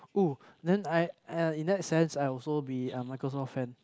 oh then I !aiya! in that sense I also be a Microsoft fan